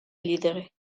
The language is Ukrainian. лідери